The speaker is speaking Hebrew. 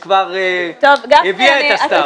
היא כבר הביאה את הסתיו.